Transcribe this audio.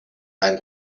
ein